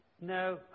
no